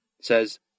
says